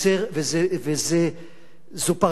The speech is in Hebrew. וזו פרשה לא סגורה,